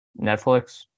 Netflix